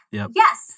Yes